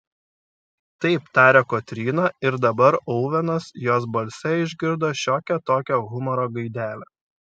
taip tarė kotryna ir dabar ovenas jos balse išgirdo šiokią tokią humoro gaidelę